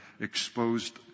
exposed